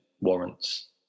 warrants